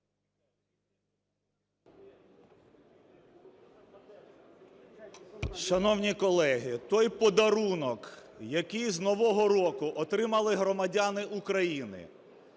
Шановні колеги, той подарунок, який з нового року отримали громадяни України,